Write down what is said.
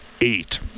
eight